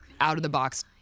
out-of-the-box